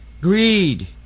greed